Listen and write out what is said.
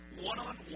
one-on-one